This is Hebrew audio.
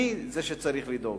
אני זה שצריך לדאוג.